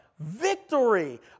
Victory